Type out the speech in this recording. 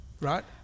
right